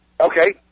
Okay